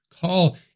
call